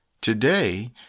Today